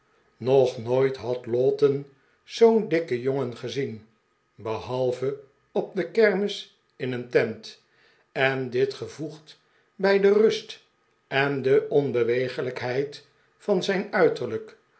nog nooit had lowten zoo'n dikken jongen gezien behalve op de kermis in een tent en dit gevoegd bij de rust en de onbeweeglijkheid van zijn uiterlijk